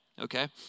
okay